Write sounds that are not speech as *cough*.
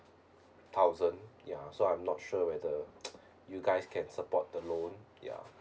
thousand ya so I'm not sure whether *noise* you guys can support the loan ya